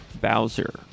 Bowser